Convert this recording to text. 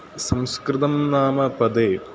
संस्कृतं नाम पदे